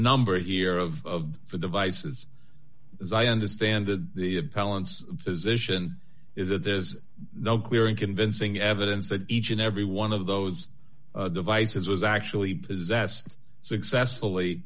number here of for the vices as i understand it the balance position is that there is no clear and convincing evidence that each and every one of those devices was actually possessed successfully